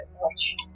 watch